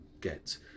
get